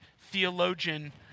theologian